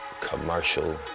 commercial